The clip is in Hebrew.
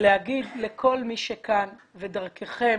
להגיד לכל מי שכאן ודרככם